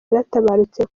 yaratabarutse